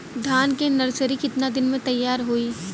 धान के नर्सरी कितना दिन में तैयार होई?